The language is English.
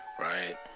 right